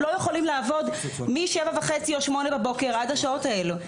הם לא יכולים לעבוד מ-7:30 או 8:00 עד השעות האלו.